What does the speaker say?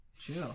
Chill